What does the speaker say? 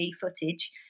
footage